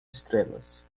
estrelas